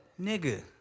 Nigga